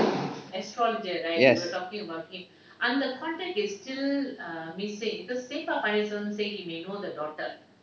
yes